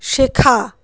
শেখা